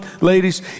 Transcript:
ladies